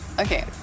Okay